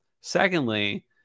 Secondly